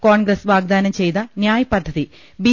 കോൺഗ്രസ് വാഗ്ദാനം ചെയ്ത ന്യായ് പദ്ധതി ബി